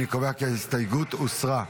אני קובע כי ההסתייגות הוסרה.